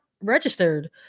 registered